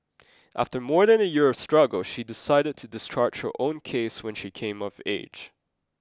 after more than a year of struggle she decided to discharge her own case when she came of age